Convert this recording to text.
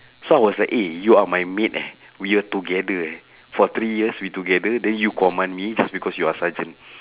so I was like eh you are my mate eh we are together eh for three years we together then you command me just because you are sergeant